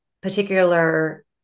particular